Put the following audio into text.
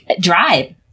drive